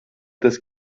das